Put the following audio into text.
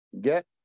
get